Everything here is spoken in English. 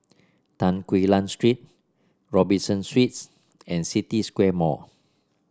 Tan Quee Lan Street Robinson Suites and City Square Mall